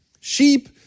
Sheep